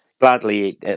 Gladly